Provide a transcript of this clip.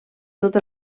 tot